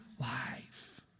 life